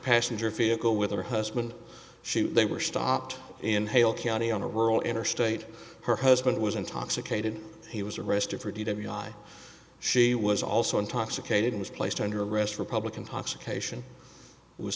passenger vehicle with her husband shoot they were stopped in hale county on a rural interstate her husband was intoxicated he was arrested for d w i she was also intoxicated was placed under arrest republican